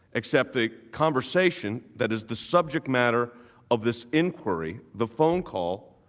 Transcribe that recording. accepted conversation that is the subject matter of this inquiry the phone call